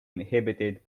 inhibited